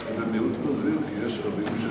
אתה מיעוט מזהיר, כי יש רבים,